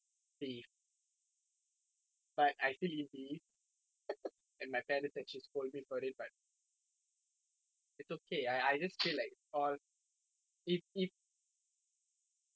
beef but I still eat beef and my parents actually scold me for it but it's okay I I just feel like it's all if if